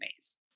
ways